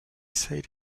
said